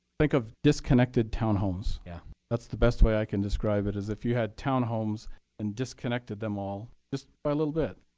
think of disconnected townhomes. yeah that's the best way i can describe it. if you had townhomes and disconnected them all just by a little bit,